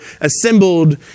assembled